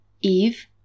Eve